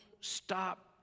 stop